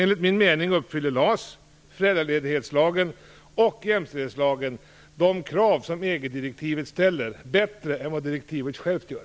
Enligt min mening uppfyller LAS, föräldraledighetslagen och jämställdhetslagen de krav som EG direktivet ställer bättre än vad direktivet självt gör.